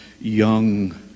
young